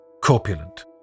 Corpulent